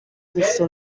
éclipse